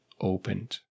opened